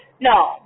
No